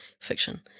fiction